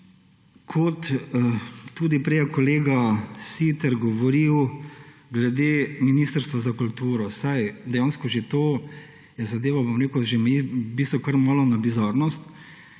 je tudi kolega Siter govoril glede Ministrstva za kulturo, saj dejansko zadeva, bom rekel, že meji v bistvu kar malo na bizarnost,